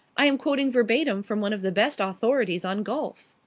i am quoting verbatim from one of the best authorities on golf.